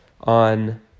on